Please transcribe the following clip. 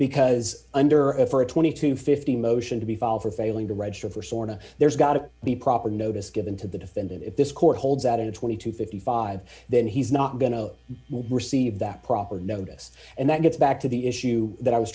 because under a for a twenty dollars to fifty dollars motion to be fall for failing to register for sora there's got to be proper notice given to the defendant if this court holds out in a twenty to fifty five then he's not going to receive that proper notice and that gets back to the issue that i was